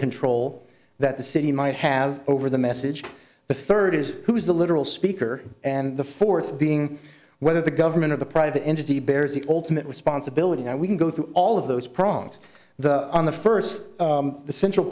control that the city might have over the message the third is who is the literal speaker and the fourth being whether the government of the private entity bears the ultimate responsibility and we can go through all of those prongs the on the first the central